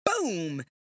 Boom